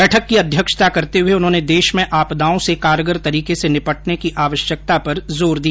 बैठक की अध्यक्षता करते हुए उन्होंने देश में आपदाओं से कारगर तरीके से निपटने की आवश्यकता पर जोर दिया